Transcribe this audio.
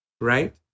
right